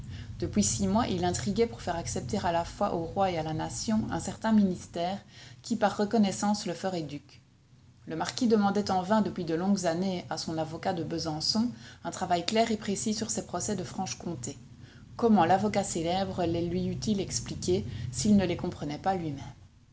depuis six mois il intriguait pour faire accepter à la fois au roi et à la nation un certain ministère qui par reconnaissance le ferait duc le marquis demandait en vain depuis de longues années à son avocat de besançon un travail clair et précis sur ses procès de franche-comté comment l'avocat célèbre les lui eût-il expliqués s'il ne les comprenait pas lui-même